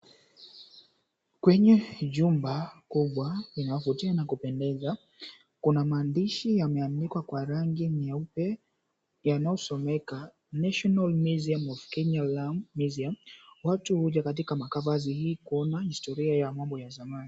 Kwenye jumba kubwa linavutia na kupendeza, kuna maandishi yameandikwa kwa rangi nyeupe yanayosomeka, National Museum Of Kenya Lamu Museum. Watu huja katika makavazi hii kuona historia ya mambo ya zamani.